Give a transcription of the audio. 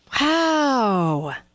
Wow